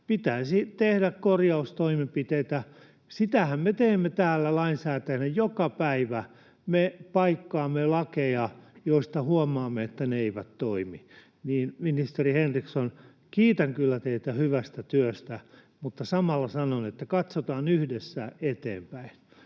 Pitäisi tehdä korjaustoimenpiteitä. Sitähän me teemme täällä lainsäätäjinä joka päivä: me paikkaamme lakeja, joista huomaamme, että ne eivät toimi. Ministeri Henriksson, kiitän kyllä teitä hyvästä työstä, mutta samalla sanon, että katsotaan yhdessä eteenpäin.